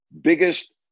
biggest